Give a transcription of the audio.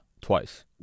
twice